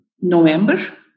November